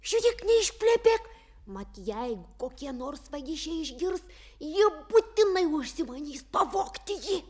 žiūrėk neišplepėk mat jeigu kokie nors vagišiai išgirs jie būtinai užsimanys pavogti jį